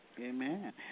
Amen